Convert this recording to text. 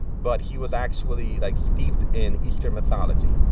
but he was actually, like, steeped in eastern mythology.